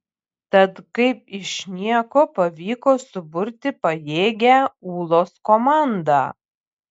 tad kaip iš nieko pavyko suburti pajėgią ūlos komandą